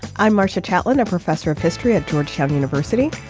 i'm marcia catlin a professor of history at georgetown university.